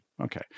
Okay